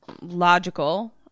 logical